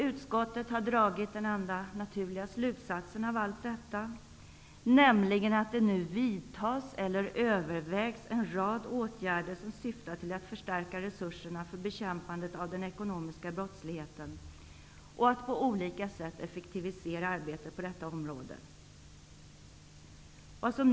Utskottet har dragit den enda naturliga slutsatsen av allt detta, nämligen att det nu vidtas eller övervägs en rad åtgärder som syftar till att förstärka resurserna för bekämpandet av den ekonomiska brottsligheten och att på olika sätt effektivisera arbetet på detta område.